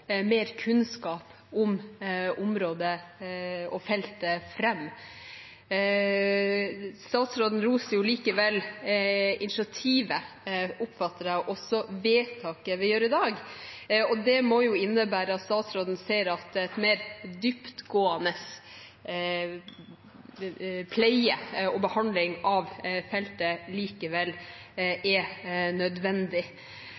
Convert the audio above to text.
mer kunnskap om området og feltet. Statsråden roste likevel initiativet – oppfatter jeg – og også vedtaket vi gjør i dag. Det må jo innebære at statsråden ser at en mer dyptgående pleie og behandling av feltet likevel